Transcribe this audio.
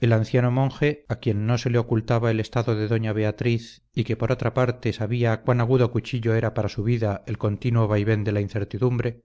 el anciano monje a quien no se le ocultaba el estado de doña beatriz y que por otra parte sabía cuán agudo cuchillo era para su vida el continuo vaivén de la incertidumbre